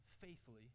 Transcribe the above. faithfully